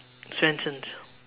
Swensens